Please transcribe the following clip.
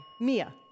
Mia